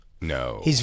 No